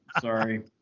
Sorry